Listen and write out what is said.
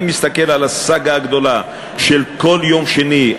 אני מסתכל על הסאגה הגדולה של כל יום שני,